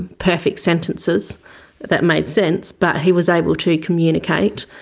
perfect sentences that made sense, but he was able to communicate,